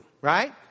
right